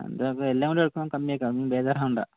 എല്ലാം കൂടി എടുക്കുമ്പോൾ കമ്മിയാക്കാം അതൊന്നും ബേജാറാവണ്ട